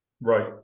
Right